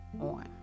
on